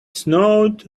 snowed